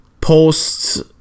posts